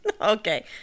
Okay